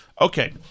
Okay